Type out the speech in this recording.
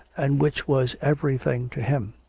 and which was everything to him.